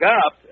up